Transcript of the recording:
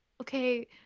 okay